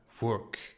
work